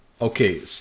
Okay